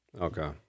okay